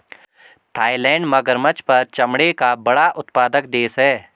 Thailand मगरमच्छ पर चमड़े का बड़ा उत्पादक देश है